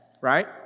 Right